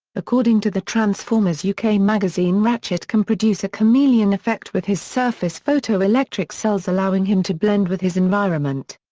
according to the transformers u k. magazine ratchet can produce a chameleon effect with his surface photo-electric cells allowing him to blend with his environment.